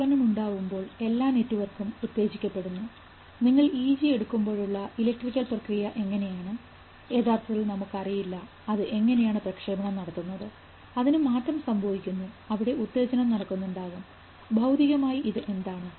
ആന്തോളനം ഉണ്ടാവുമ്പോൾ എല്ലാം നെറ്റ്വർക്ക് ഉത്തേജിക്കപ്പെടുന്നു നിങ്ങൾ ഈ ജി എടുക്കുമ്പോഴുള്ള ഇലക്ട്രിക്കൽ പ്രക്രിയ എങ്ങനെയാണ് യഥാർത്ഥത്തിൽ നമുക്ക് അറിയില്ല അത് എങ്ങനെയാണ് പ്രക്ഷേപണം നടത്തുന്നത് അതിന് മാറ്റം സംഭവിക്കുന്നു അവിടെ ഉത്തേജനം നടക്കുന്നുണ്ടാകും ഭൌതികമായി ഇത് എന്താണ്